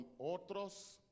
otros